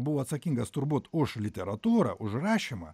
buvo atsakingas turbūt už literatūrą užrašymą